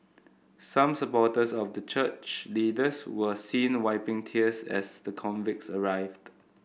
some supporters of the church leaders were seen wiping tears as the convicts arrived